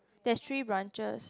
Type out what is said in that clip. there's three branches